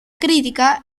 crítica